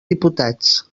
diputats